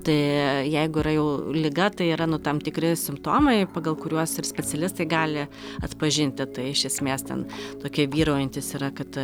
tai jeigu yra jau liga tai yra nu tam tikri simptomai pagal kuriuos ir specialistai gali atpažinti tai iš esmės ten tokie vyraujantys yra kad